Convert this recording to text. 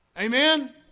Amen